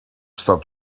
stop